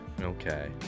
Okay